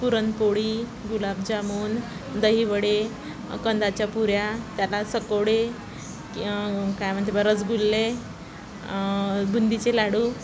पुरणपोळी गुलाबजामून दही वडे कंदाच्या पुऱ्या त्याला सकोडे काय म्हणते बा रसगुल्ले बुंदीचे लाडू